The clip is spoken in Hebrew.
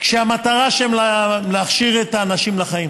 כשהמטרה שם היא להכשיר את האנשים לחיים,